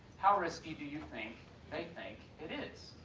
how risky do you think they think it is?